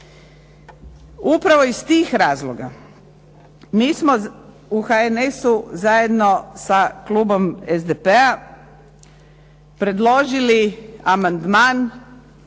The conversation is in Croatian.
Upravo iz tih razloga mi smo u HNS-u zajedno sa klubom SDP-a predložili amandman kojim